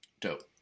dope